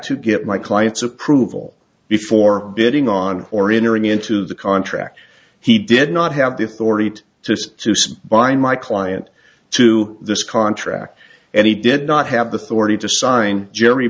to get my client's approval before bidding on or entering into the contract he did not have the authority to to bind my client to this contract and he did not have the authority to sign jerry